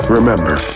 Remember